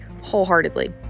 wholeheartedly